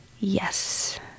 Yes